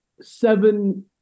seven